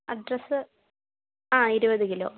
address ആ ഇരുപതു kilo